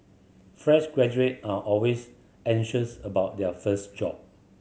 fresh graduate are always anxious about their first job